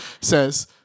says